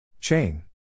Chain